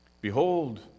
Behold